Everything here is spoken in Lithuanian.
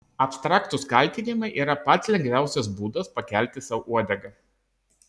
abstraktūs kaltinimai yra pats lengviausias būdas pakelti sau uodegą